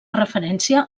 referència